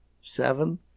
Seven